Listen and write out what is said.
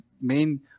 main